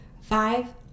Five